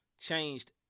changed